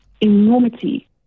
enormity